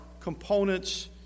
Components